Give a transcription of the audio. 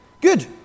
Good